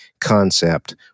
concept